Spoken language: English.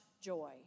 joy